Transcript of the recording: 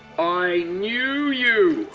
i knew you.